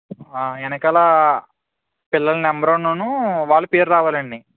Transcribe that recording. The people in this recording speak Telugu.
వెనకాల పిల్లల నంబరును వాళ్ళ పేరు రావాలండి